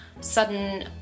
sudden